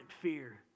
fear